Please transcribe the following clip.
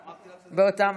אמרתי לך שטוב שאת בתורנות.